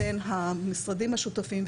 בין המשרדים השותפים,